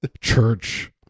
church